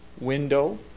window